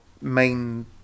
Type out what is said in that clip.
main